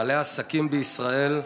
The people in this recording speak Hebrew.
בעלי העסקים בישראל,